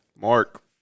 Mark